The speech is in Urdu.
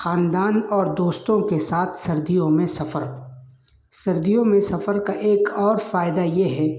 خاندان اور دوستوں کے ساتھ سردیوں میں سفر سردیوں میں سفر کا ایک اور فائدہ یہ ہے